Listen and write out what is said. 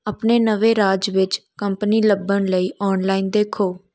ਆਪਣੇ ਨਵੇਂ ਰਾਜ ਵਿੱਚ ਕੰਪਨੀ ਲੱਭਣ ਲਈ ਔਨਲਾਈਨ ਦੇਖੋ